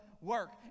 work